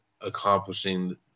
accomplishing